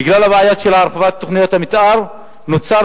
בגלל הבעיה של הרחבת תוכניות המיתאר נוצר